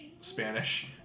Spanish